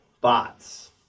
bots